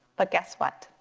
but guess what?